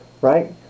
Right